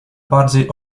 bardziej